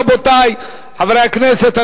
רבותי חברי הכנסת,